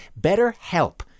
BetterHelp